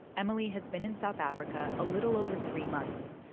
emily has been in south africa a little over three months.